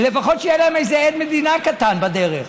לפחות שיהיה להם איזה עד מדינה קטן בדרך.